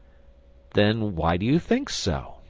then why do you think so?